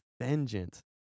vengeance